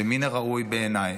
ומן הראוי בעיניי,